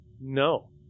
No